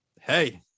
hey